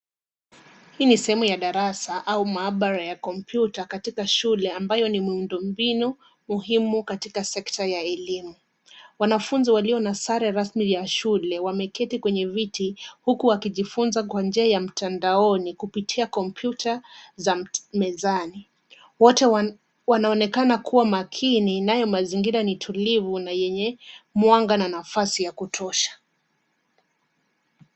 Hii ni sehemu ya darasa au maabara ya kompyuta katika shule ambayo ni miundo mbinu muhimu katika sekta ya elimu, wanafunzi walio na sare rasmi vya shule wameketi kwenye viti huku wakijifunza kwa njia ya mtandaoni kupitia kompyuta za mezani, wote wanaonekana kuwa makini nayo mazingira ni tulivu na yenye mwanga na nafasi ya kutosha.